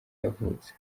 yavutse